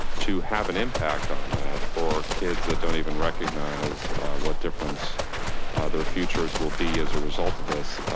to have an impact on that for kids that don't even recognize what difference their futures will be as a result of this,